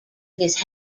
his